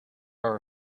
are